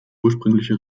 ursprüngliche